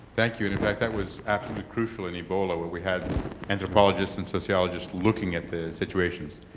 thank you, and in fact that was absolutely crucial in ebola where we had anthropologists and sociologists looking at the situations.